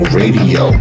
radio